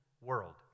world